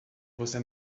você